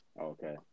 Okay